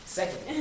second